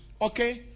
okay